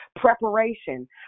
preparation